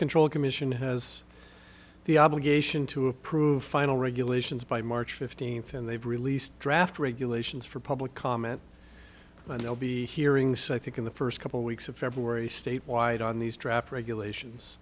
control commission has the obligation to approve final regulations by march fifteenth and they've released draft regulations for public comment and they'll be hearings i think in the first couple weeks of february statewide on these draft regulations